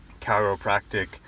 chiropractic